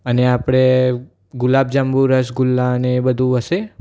અને આપણે ગુલાબજાંબુ રસગુલ્લા અને એ બધું હશે